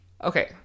Okay